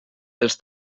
els